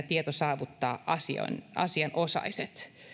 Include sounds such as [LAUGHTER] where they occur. [UNINTELLIGIBLE] tieto saavuttaa asianosaiset